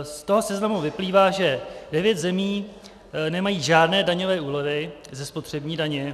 Z toho seznamu vyplývá, že devět zemí nemají žádné daňové úlevy ze spotřební daně.